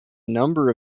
number